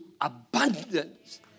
abundance